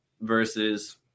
versus